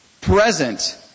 present